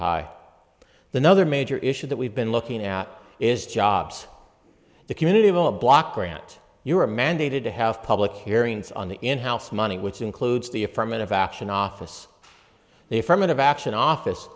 high the nother major issue that we've been looking at is jobs the community of a block grant you are mandated to have public hearings on the in house money which includes the affirmative action office the foreman of action office